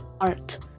art